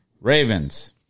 Ravens